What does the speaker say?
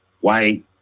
white